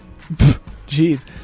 Jeez